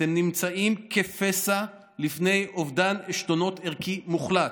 אתם נמצאים כפסע לפני אובדן עשתונות ערכי מוחלט.